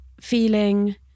feeling